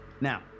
Now